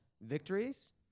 victories